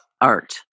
Art